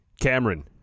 Cameron